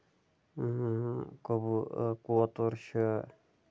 کبوٗتر کوتُر چھُ